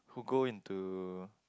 who go into